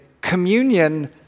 communion